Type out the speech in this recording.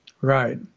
right